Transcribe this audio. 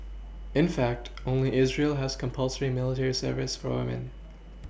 in fact only israel has compulsory military service for women